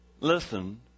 Listen